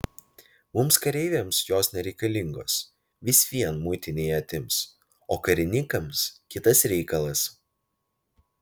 mums kareiviams jos nereikalingos vis vien muitinėje atims o karininkams kitas reikalas